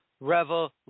Revolution